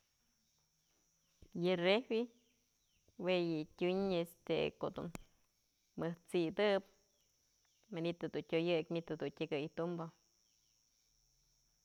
Yë refri je'e yë tyum në ko'o mich kadyuk muktuk kukëy kubëkëp ko'o bi'i në, t'sëbox në adyunëp jadunt's kuwa'atëp ko'o naj mëch anokëp jadunt's mukëp myaj pësëmëp yë yë refri dun tyum ko'o ti kya madyë.